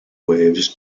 waves